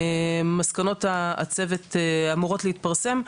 מסקנות הצוות אמורות להתפרסם,